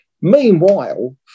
Meanwhile